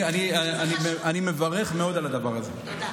אני מברך מאוד על הדבר הזה.